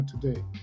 today